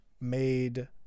made